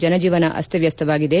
ಜನಜೀವನ ಅಸ್ತವಸ್ತವಾಗಿದೆ